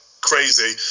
crazy